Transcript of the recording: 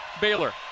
Baylor